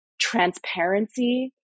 transparency